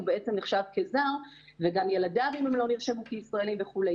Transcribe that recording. הוא בעצם נחשב כזר וגם ילדיו אם הם לא נרשמו כישראלים וכו'.